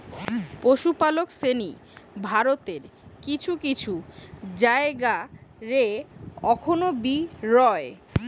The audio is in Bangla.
পশুপালক শ্রেণী ভারতের কিছু কিছু জায়গা রে অখন বি রয়